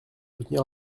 soutenir